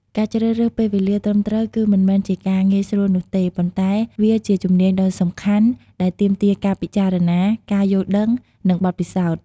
ការជ្រើសរើសពេលវេលាត្រឹមត្រូវ គឺមិនមែនជាការងាយស្រួលនោះទេ ប៉ុន្តែវាជាជំនាញដ៏សំខាន់ដែលទាមទារការពិចារណា ការយល់ដឹង និងបទពិសោធន៍។